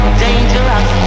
dangerous